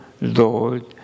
Lord